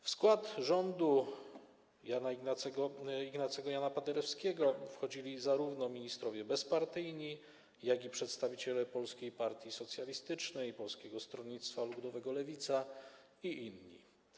W skład rządu Ignacego Jana Paderewskiego wchodzili zarówno ministrowie bezpartyjni, jak i przedstawiciele Polskiej Partii Socjalistycznej i Polskiego Stronnictwa Ludowego Lewica i inni.